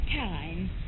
time